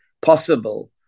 possible